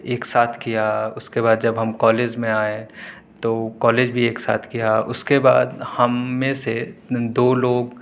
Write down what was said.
ایک ساتھ کیا اس کے بعد جب ہم کالج میں آئیں تو کالج بھی ایک ساتھ کیا اس کے بعد ہم میں سے دو لوگ